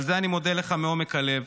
על זה אני מודה לך מעומק הלב.